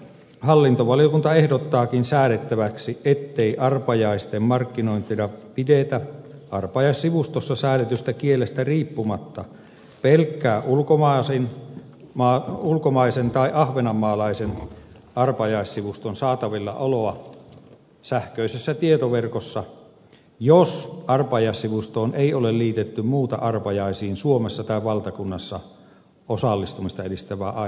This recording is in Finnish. hallintovaliokunta ehdottaakin säädettäväksi ettei arpajaisten markkinointina pidetä arpajaissivustossa säädetystä kielestä riippumatta pelkkää ulkomaisen tai ahvenanmaalaisen arpajaissivuston saatavillaoloa sähköisessä tietoverkossa jos arpajaissivustoon ei ole liitetty muuta arpajaisiin suomessa tai valtakunnassa osallistumista edistävää aineistoa